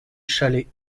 chalet